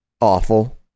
awful